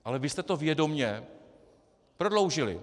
Ale vy jste to vědomě prodloužili.